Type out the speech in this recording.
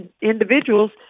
individuals